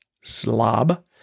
Slob